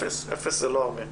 אפס זה לא הרבה.